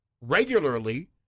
regularly